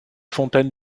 fontaine